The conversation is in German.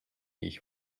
ich